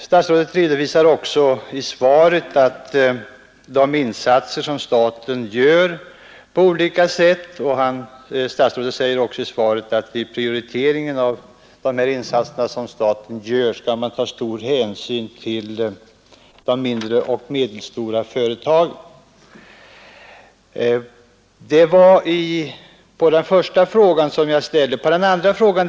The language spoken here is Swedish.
Statsrådet säger också i svaret att vid prioriteringen av de insatser som staten gör skall man ta stor hänsyn till de mindre och medelstora företagen. Det var alltså besked på den första frågan som jag ställde i min interpellation.